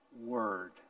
word